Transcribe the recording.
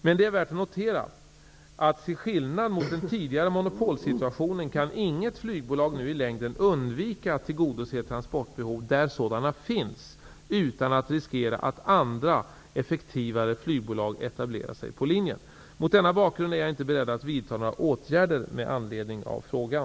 Men det är värt att notera, att till skillnad mot i den tidigare monopolsituationen kan inget flygbolag nu i längden undvika att tillgodose transportbehov där sådana finns utan att riskera att andra effektivare flygbolag etablerar sig på linjen. Mot denna bakgrund är jag inte beredd att vidta några åtgärder med anledning av frågan.